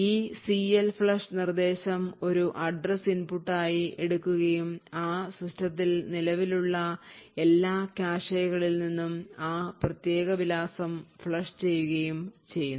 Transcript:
ഈ CLFLUSH നിർദ്ദേശം ഒരു address input ആയി എടുക്കുകയും ആ സിസ്റ്റത്തിൽ നിലവിലുള്ള എല്ലാ കാഷെകളിൽ നിന്നും ആ പ്രത്യേക വിലാസം ഫ്ലഷ് ചെയ്യുകയും ചെയ്യുന്നു